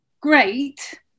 great